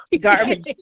garbage